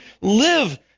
live